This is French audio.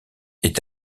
est